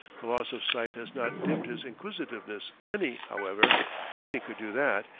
the loss of sight has not dimmed his inquisitiveness any, however nothing could do that,